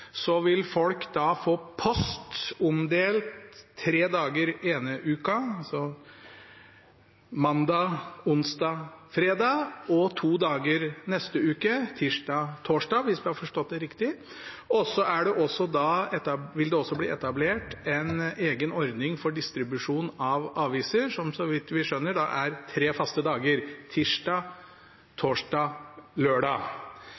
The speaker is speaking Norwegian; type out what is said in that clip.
vil folk få post omdelt tre dager den ene uka, altså mandag, onsdag og fredag, og to dager neste uke, tirsdag og torsdag, hvis jeg har forstått det riktig. Og så vil det også bli etablert en egen ordning for distribusjon av aviser, som – så vidt vi skjønner – er tre faste dager: tirsdag, torsdag og lørdag.